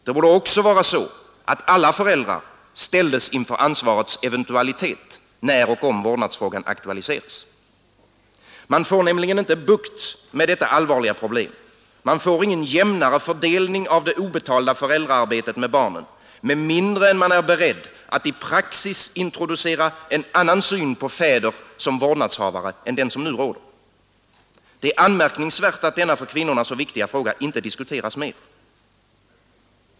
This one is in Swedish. Det borde också vara så att alla föräldrar ställdes inför ansvarets eventualitet när och om vårdnadsfrågan aktualiseras. Man får nämligen inte bukt med detta allvarliga problem, man får ingen jämnare fördelning av det obetalda föräldraarbetet med barnen, med mindre än att man är beredd att i praxis introducera en annan syn på fäder som vårdnadshavare än den som nu råder. Det är anmärkningsvärt att denna för kvinnorna så viktiga fråga inte diskuteras mera.